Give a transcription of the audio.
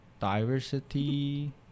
diversity